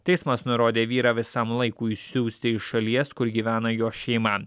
teismas nurodė vyrą visam laikui išsiųsti į šalies kur gyvena jo šeima